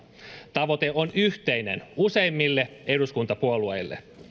tavoite on yhteinen useimmille eduskuntapuolueille